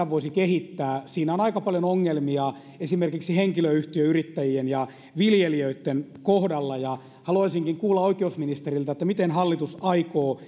voisi kehittää siinä on aika paljon ongelmia esimerkiksi henkilöyhtiöyrittäjien ja viljelijöitten kohdalla haluaisinkin kuulla oikeusministeriltä miten hallitus aikoo